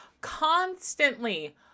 constantly